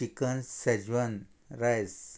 chicken Schezwan rice